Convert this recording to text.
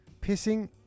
pissing